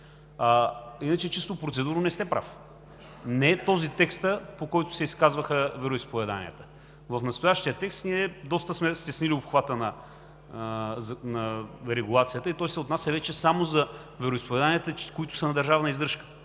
интерес. Чисто процедурно не сте прав, не е този текстът, по който се изказваха вероизповеданията. В настоящия текст ние доста сме стеснили обхвата на регулацията и той се отнася вече само за вероизповеданията, които са на държавна издръжка.